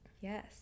yes